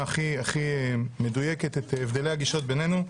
הכי מדויקת את הבדלי הגישות בינינו.